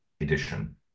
edition